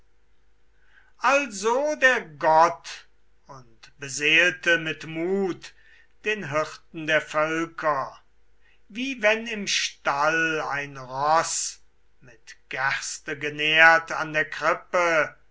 also der gott und beseelte mit mut den hirten der völker wie wenn im stall ein roß mit gerste genährt an der krippe